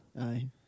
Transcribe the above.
Aye